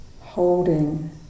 holding